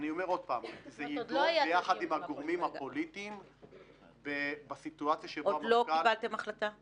אתה יכול לא להיות כאן, זאת ממש החלטה שלך.